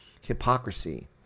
Hypocrisy